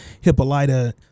Hippolyta